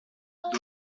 dans